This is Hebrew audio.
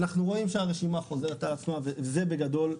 אנחנו רואים שהרשימה חוזרת על עצמה וזה בגדול,